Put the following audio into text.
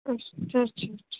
अच्छा अच्छा अच्छा